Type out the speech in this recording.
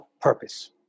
purpose